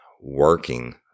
working